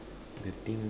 the thing